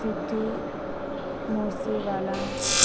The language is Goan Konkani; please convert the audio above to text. सिद्धू मुसेवाला